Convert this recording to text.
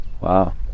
Wow